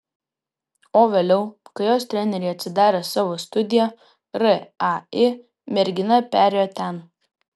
o vėliau kai jos trenerė atsidarė savo studiją rai mergina perėjo ten